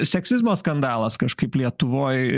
seksizmo skandalas kažkaip lietuvoj